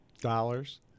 Dollars